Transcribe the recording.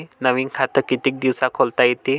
नवीन खात कितीक दिसात खोलता येते?